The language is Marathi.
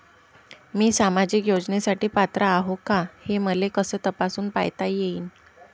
मी सामाजिक योजनेसाठी पात्र आहो का, हे मले कस तपासून पायता येईन?